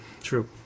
true